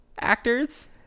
actors